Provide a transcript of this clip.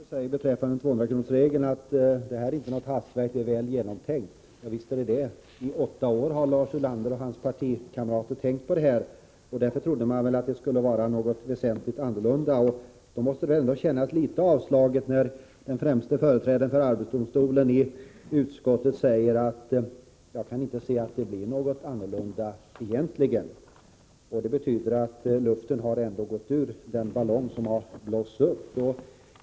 Herr talman! Lars Ulander säger beträffande 200-kronorsregeln att detta inte är något hafsverk — det är väl genomtänkt. Och visst är det det. I åtta år har Lars Ulander och hans partikamrater tänkt! Därför trodde man att det skulle vara något väsentligt annorlunda. Då måste det väl ändå kännas litet avslaget när den främste företrädaren för arbetsdomstolen i utskottet säger att han inte ens kan se att det egentligen blir annorlunda. Det betyder att luften ändå har gått ur den ballong som har blåsts upp.